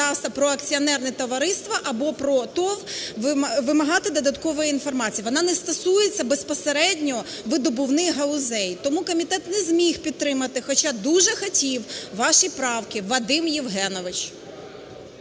про акціонерне товариство або про ТОВ, вимагати додаткової інформації. Вона не стосується безпосередньо видобувних галузей. Тому комітет не зміг підтримати, хоча дуже хотів ваші правки, Вадим Євгенович.